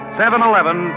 7-Eleven